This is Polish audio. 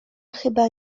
chyba